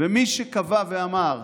ומי שקבע ואמר: